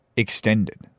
Extended